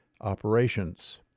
operations